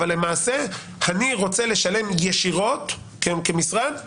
אבל למעשה אני רוצה לשלם ישירות כמשרד למטפלת,